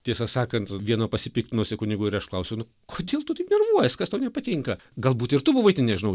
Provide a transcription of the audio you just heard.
tiesą sakant vieno pasipiktinusio kunigo ir aš klausiau nu kodėl tu taip nervuojies kas tau nepatinka galbūt ir tu buvai ten nežinau